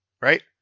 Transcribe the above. Right